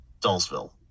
Dullesville